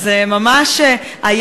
זה ממש היה